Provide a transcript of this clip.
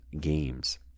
games